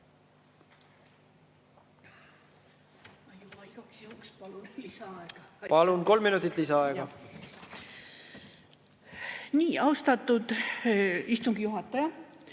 Palun! Kolm minutit lisaaega. Austatud istungi juhataja!